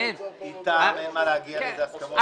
איתם אין מה להגיע להסכמות.